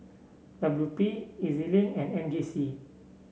W P E Z Link and M J C